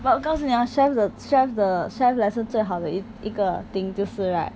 but 告诉你 ah chef 的 chef 的 chef lesson 最好的一个 thing 就是 right